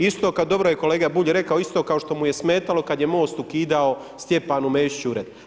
Isto dobro je kolega Bulj rekao isto kao što mu je smetalo kad je MOST ukidao Stjepanu Mesiću ured.